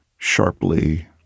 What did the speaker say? sharply